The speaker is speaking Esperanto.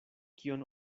kion